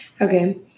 Okay